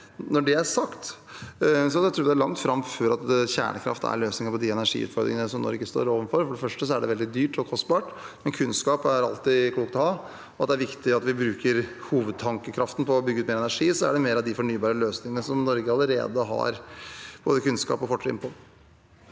Når det er sagt, tror jeg det er langt fram før kjernekraft er løsningen på de energiutfordringene som Norge står overfor. For det første er det veldig dyrt – kostbart. Men kunnskap er alltid klokt å ha, og det er viktig at vi bruker hovedtankekraften på å bygge ut energi på mer av de fornybare løsningene der Norge allerede har både kunnskap og fortrinn.